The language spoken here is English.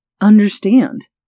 understand